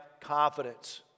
confidence